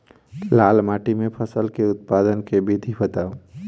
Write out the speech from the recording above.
लाल माटि मे फसल केँ उत्पादन केँ विधि बताऊ?